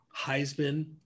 Heisman